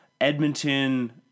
Edmonton